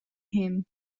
him